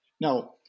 Now